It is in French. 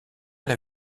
elle